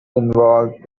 involved